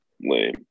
Lame